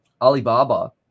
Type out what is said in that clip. Alibaba